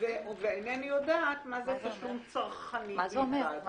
ואינני יודעת מה זה תשלום צרכני בלבד.